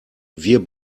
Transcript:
wir